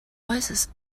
voices